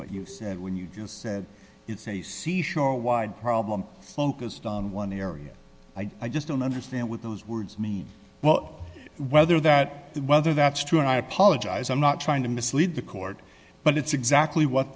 what you said when you said it's a sea shore wide problem focused on one area i just don't understand what those words mean well whether that whether that's true and i apologize i'm not trying to mislead the court but it's exactly what